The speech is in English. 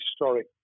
historic